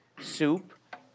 soup